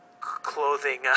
clothing